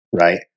right